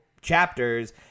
chapters